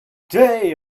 they